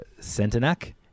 Centenac